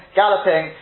galloping